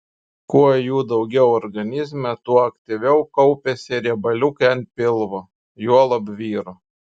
kuo jų daugiau organizme tuo aktyviau kaupiasi riebaliukai ant pilvo juolab vyro